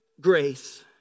grace